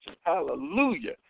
Hallelujah